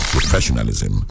Professionalism